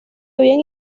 habían